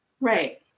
Right